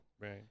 Right